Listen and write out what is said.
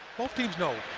teams know,